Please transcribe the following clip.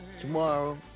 Tomorrow